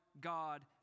God